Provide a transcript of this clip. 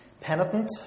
penitent